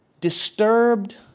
disturbed